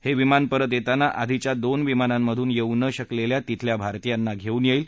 हे विमान परत येताना आधीच्या दोन विमानांमधून येऊ न शकलेल्या तिथल्या भारतीयांना धेऊन येईल